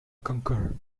concur